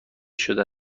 شده